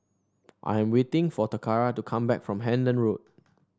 I am waiting for Toccara to come back from Hendon Road